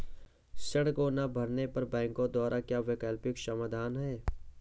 ऋण को ना भरने पर बैंकों द्वारा क्या वैकल्पिक समाधान हैं?